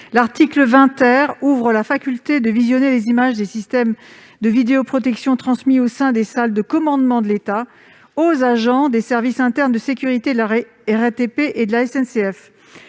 L'article 20 ouvre la faculté de visionner les images des systèmes de vidéoprotection transmis au sein des salles de commandement de l'État aux agents des services internes de sécurité de la RATP et de la SNCF.